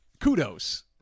kudos